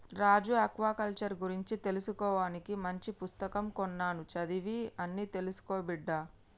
రాజు aquaculture గురించి తెలుసుకోవానికి మంచి పుస్తకం కొన్నాను చదివి అన్ని తెలుసుకో బిడ్డా